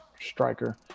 striker